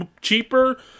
cheaper